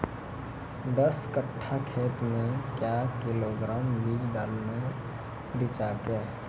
दस कट्ठा खेत मे क्या किलोग्राम बीज डालने रिचा के?